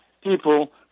people